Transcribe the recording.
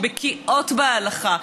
שבקיאות בהלכה,